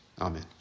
Amen